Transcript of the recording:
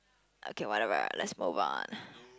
okay whatever let's move on